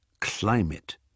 climate